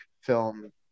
film